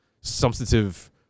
substantive